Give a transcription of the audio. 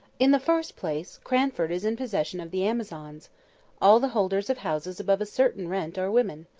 in the first place, cranford is in possession of the amazons all the holders of houses above a certain rent are women.